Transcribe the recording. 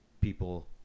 people